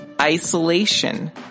isolation